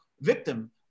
victim